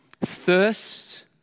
thirst